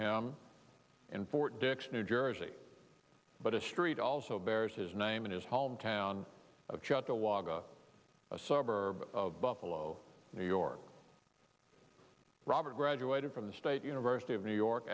him in fort dix new jersey but a street also bears his name in his home town of shut the water a suburb of buffalo new york robert graduated from the state university of new york